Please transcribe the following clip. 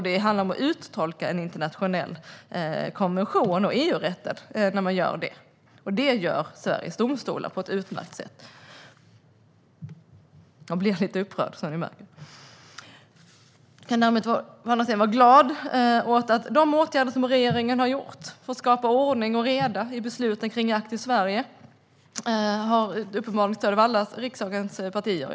Det handlar om att uttolka en internationell konvention och EU-rätten. Det gör Sveriges domstolar på ett utmärkt sätt. Jag blir lite upprörd, som ni märker. Jag kan däremot vara glad åt att de åtgärder som regeringen har vidtagit för att skapa ordning och reda i besluten kring jakt i Sverige uppenbarligen har stöd av riksdagens alla partier.